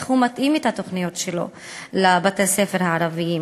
איך הוא מתאים את התוכניות שלו לבתי-הספר הערביים.